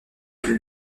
plus